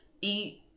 eat